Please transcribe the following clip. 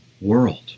world